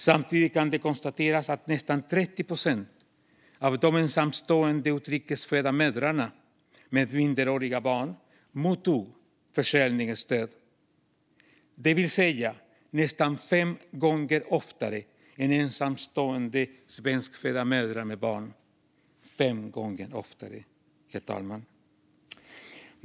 Samtidigt kan det konstateras att nästan 30 procent av de ensamstående utrikes födda mödrarna med minderåriga barn mottog försörjningsstöd, det vill säga nästan fem gånger oftare än ensamstående svenskfödda mödrar med barn - fem gånger oftare, herr talman!